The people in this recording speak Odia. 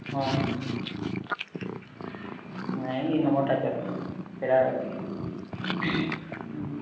ହଁ ନାଇଁ ଏଇ ନମ୍ୱରଟା ଚାଲୁଛି ସେଟା ହୁଁ